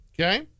Okay